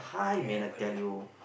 ya correct